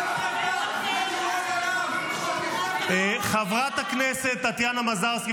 --- השתמטות --- חבר הכנסת יוראי להב הרצנו,